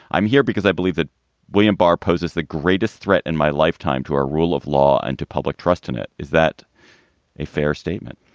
i'm here because i believe that william barr poses the greatest threat in my lifetime to our rule of law and to public trust in it. is that a fair statement?